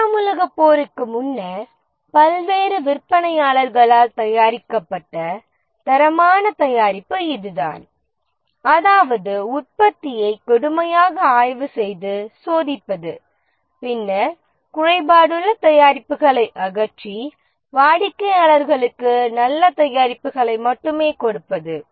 இரண்டாம் உலகப் போருக்கு முன்னர் பல்வேறு விற்பனையாளர்களால் தயாரிக்கப்பட்ட தரமான தயாரிப்பு இதுதான் அதாவது உற்பத்தியை கடுமையாக ஆய்வு செய்து சோதிப்பது பின்னர் குறைபாடுள்ள தயாரிப்புகளை அகற்றி வாடிக்கையாளர்களுக்கு நல்ல தயாரிப்புகளை மட்டுமே கொடுப்பது